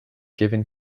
given